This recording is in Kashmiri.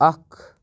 اَکھ